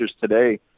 today